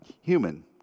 human